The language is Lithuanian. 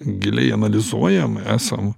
giliai analizuojam esam